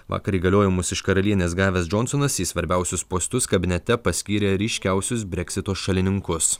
vakar įgaliojimus iš karalienės gavęs džonsonas į svarbiausius postus kabinete paskyrė ryškiausius breksito šalininkus